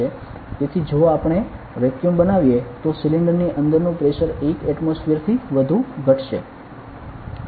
તેથી જો આપણે વેક્યુમ બનાવીએ તો સિલિન્ડર ની અંદરનું પ્રેશર 1 એટમોસફીયર થી વધુ ઘટશે